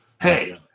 Hey